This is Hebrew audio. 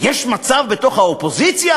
יש מצב באופוזיציה?